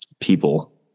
people